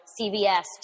CVS